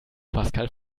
pascal